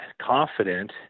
confident